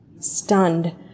Stunned